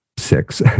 six